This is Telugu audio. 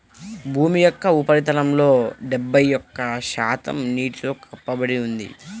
భూమి యొక్క ఉపరితలంలో డెబ్బై ఒక్క శాతం నీటితో కప్పబడి ఉంది